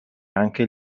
anche